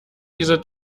diese